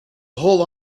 whole